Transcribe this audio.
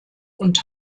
und